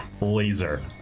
laser